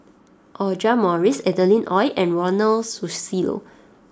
Audra Morrice Adeline Ooi and Ronald Susilo